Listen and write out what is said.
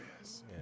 yes